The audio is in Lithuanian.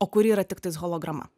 o kuri yra tiktais holograma